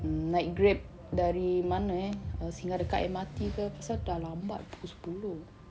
mm naik Grab dari mana eh err singgah dekat M_R_T ke pasal dah lambat pukul sepuluh